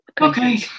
Okay